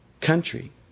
country